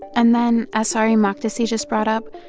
and then, as saree makdisi just brought up,